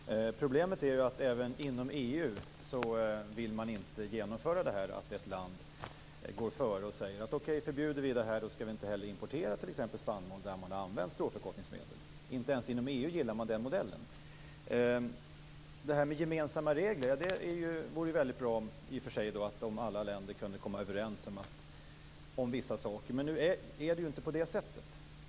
Herr talman! Problemet är ju att även inom EU vill man inte genomföra att ett land går före och säger: Förbjuder vi det här skall vi inte heller importera t.ex. spannmål där man har använt stråförkortningsmedel. Inte ens inom EU gillar man den modellen. Gemensamma regler vore bra. Det vore bra om alla länder kunde komma överens om vissa saker. Men nu är det ju inte på det sättet.